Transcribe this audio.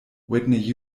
whitney